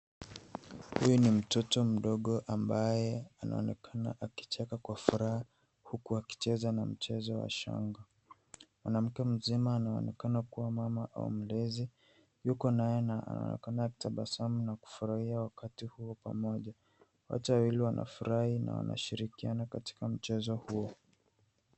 Huyu ni mtoto mdogo ambaye anaonekana akicheka kwa furaha huku akicheza na mchezo wa shanga. Mwanamke mzima anaonekana kuwa mama au mlezi yuka naye na anaonekana akitabasamu na kufurahia wakati huo pamoja. Wote wawili wanafurahi na washirikiana katika mchezo huo.